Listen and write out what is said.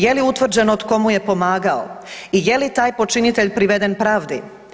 Je li utvrđeno tko mu je pomagao i je li taj počinitelj priveden pravdi?